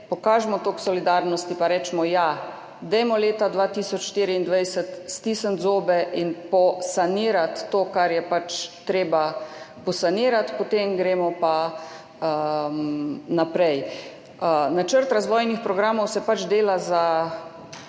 pokažimo toliko solidarnosti pa recimo: ja, dajmo leta 2024 stisniti zobe in posanirati to, kar je pač treba posanirati, potem gremo pa naprej. Načrt razvojnih programov se pač dela za